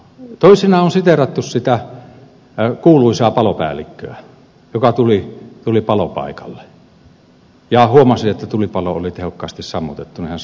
toisinaan on siteerattu sitä kuuluisaa palopäällikköä joka tuli palopaikalle ja huomasi että tulipalo oli tehokkaasti sammutettu niin hän sanoi että väärin sammutettu